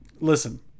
Listen